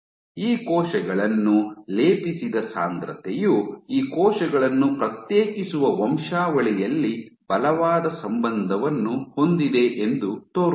ಈ ಕೋಶಗಳನ್ನು ಲೇಪಿಸಿದ ಸಾಂದ್ರತೆಯು ಈ ಕೋಶಗಳನ್ನು ಪ್ರತ್ಯೇಕಿಸುವ ವಂಶಾವಳಿಯಲ್ಲಿ ಬಲವಾದ ಸಂಬಂಧವನ್ನು ಹೊಂದಿದೆ ಎಂದು ತೋರುತ್ತದೆ